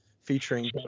featuring